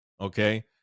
okay